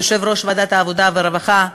יושב-ראש ועדת העבודה והרווחה,